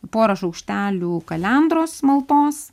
porą šaukštelių kalendros maltos